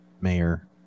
mayor